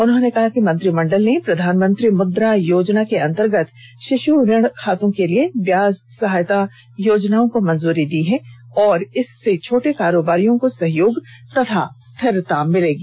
उन्होंने कहा कि मंत्रिमंडल ने प्रधानमंत्री मुद्रा योजना के अंतर्गत शिश् ऋण खातों के लिए ब्याज सहायता योजना को मंजूरी दी है और इससे छोटे कारोबारियों को सहयोग तथा स्थिरता मिलेगी